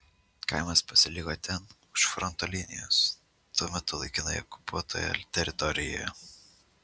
kaimas pasiliko ten už fronto linijos tuo metu laikinai okupuotoje teritorijoje